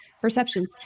perceptions